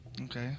Okay